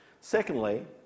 Secondly